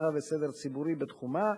אבטחה וסדר ציבורי בתחומה,